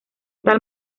tal